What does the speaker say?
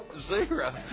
zero